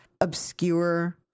obscure